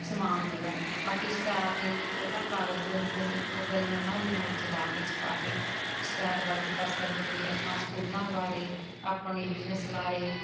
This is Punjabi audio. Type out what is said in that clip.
ਸਾਮਾਨ ਹੈਗਾ ਬਾਕੀ ਇਸ਼ਤਿਹਾਰ ਨੇ ਜੀ ਉਹ ਤਾਂ ਕਾਗਜ਼ ਦੇ ਹੁੰਦੇ ਨੇ ਉਹ ਗਲੀਆਂ ਮੁਹੱਲਿਆਂ ਵਿੱਚ ਲਾ ਕੇ ਛਪਾ ਕੇ ਇਸ਼ਤਿਹਾਰਬਾਜ਼ੀ ਕਰ ਸਕਦੇ ਹਾਂ ਜੀ ਆਪਾਂ ਸਕੂਲਾਂ ਬਾਰੇ ਆਪਣੇ ਬਿਜਨਸ ਬਾਰੇ